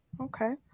Okay